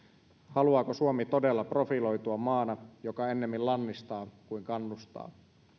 haluaako suomi todella profiloitua maana joka ennemmin lannistaa kuin kannustaa